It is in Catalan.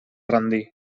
rendir